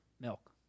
milk